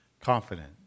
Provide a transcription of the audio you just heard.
Confident